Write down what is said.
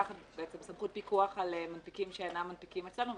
סמכות פיקוח על מנפיקים שאינם מנפיקים אצלנו.